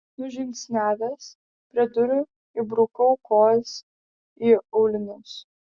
nužingsniavęs prie durų įbrukau kojas į aulinius